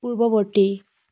পূৰ্ৱবৰ্তী